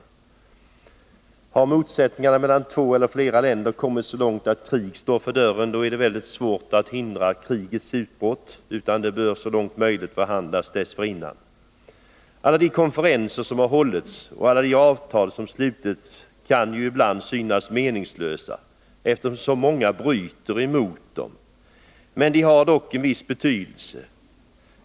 Har motsättningarna mellan två eller flera länder kommit så långt att krig står för dörren, är det svårt att förhindra dess utbrott. Så långt möjligt bör åtgärder vidtas tidigare. Alla konferenser som hållits och alla avtal som slutits kan ibland synas meningslösa, eftersom så många bryter mot dem, men de har dock en viss betydelse.